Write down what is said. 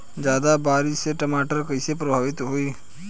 ज्यादा बारिस से टमाटर कइसे प्रभावित होयी?